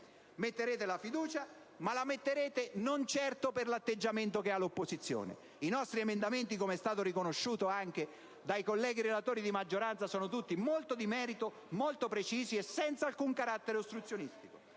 sul provvedimento, ma lo farete non certo per l'atteggiamento dell'opposizione. I nostri emendamenti, come è stato riconosciuto anche dai colleghi relatori di maggioranza, sono tutti molto di merito, molto precisi e privi di qualsiasi carattere ostruzionistico.